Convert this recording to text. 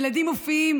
ילדים מופיעים